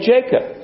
Jacob